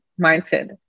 mindset